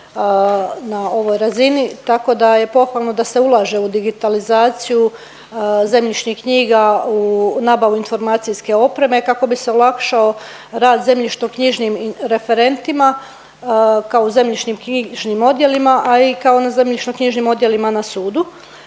na ovoj razini tako da je pohvalno da se ulaže u digitalizaciju zemljišnih knjiga u nabavu informacijske opreme kako bi se olakšao rad zemljišno-knjižnim referentima kao u zemljišnim knjižnim odjelima, a kao i na zemljišno-knjižnim odjelima na sudu.